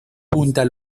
punta